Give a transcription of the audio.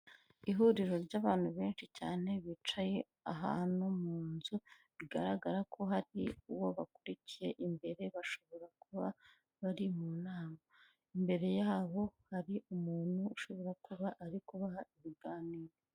Ihuriro ry'abantu benshi cyane bicaye ahantu mu nzu bigaragara ko hari uwo bakurikiye imbere bashobora kuba bari mu nama, imbere yabo hari umuntu ushobora kuba ari kubaha ibiganiro.